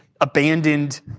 abandoned